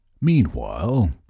Meanwhile